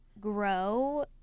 grow